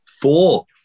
Four